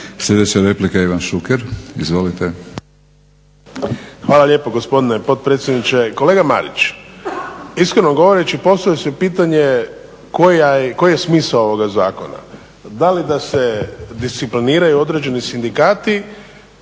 Sljedeća replika Ivan Šuker. Izvolite. **Šuker, Ivan (HDZ)** Hvala lijepo gospodine potpredsjedniče. Kolega Marić, iskreno govoreći postavlja se pitanje koji je smisao ovoga zakona? Da li da se discipliniraju određeni sindikati